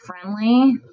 friendly